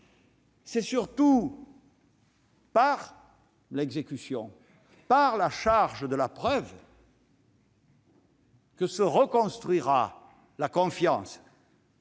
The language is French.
C'est surtout par l'exécution, par la charge de la preuve, que se reconstruira la confiance,